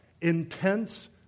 intense